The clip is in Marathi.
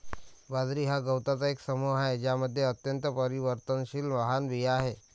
बाजरी हा गवतांचा एक समूह आहे ज्यामध्ये अत्यंत परिवर्तनशील लहान बिया आहेत